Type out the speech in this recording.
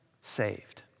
saved